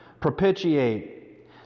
Propitiate